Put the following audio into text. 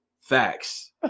Facts